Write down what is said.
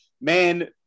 man